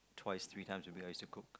twice three times will be nice to cook